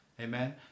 amen